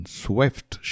swift